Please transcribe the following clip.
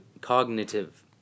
Cognitive